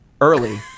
early